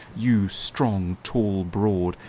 you strong, tall, broad.